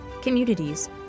communities